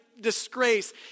disgrace